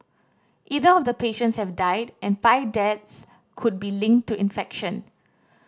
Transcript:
eight of the patients have died and five deaths could be linked to infection